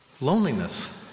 loneliness